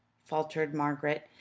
faltered margaret.